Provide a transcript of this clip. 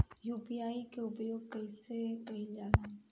UPI के उपयोग कइसे कइल जाला?